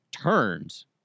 turns